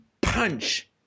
punch